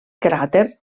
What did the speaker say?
cràter